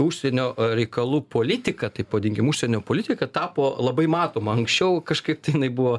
užsienio reikalų politika taip vadinkim užsienio politika tapo labai matoma anksčiau kažkaip tai jinai buvo